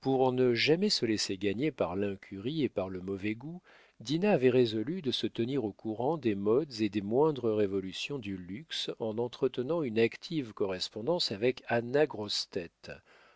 pour ne jamais se laisser gagner par l'incurie et par le mauvais goût dinah avait résolu de se tenir au courant des modes et des moindres révolutions du luxe en entretenant une active correspondance avec anna grossetête